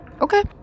Okay